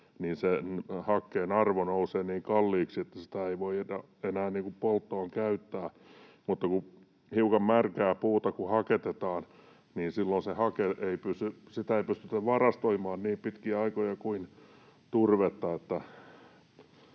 sen hakkeen arvo nousee niin kalliiksi, että sitä ei voi enää polttoon käyttää. Mutta kun hiukan märkää puuta haketetaan, silloin sitä haketta ei pystytä varastoimaan niin pitkiä aikoja kuin turvetta.